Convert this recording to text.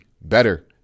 better